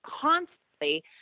constantly